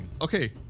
Okay